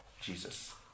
Jesus